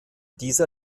dieser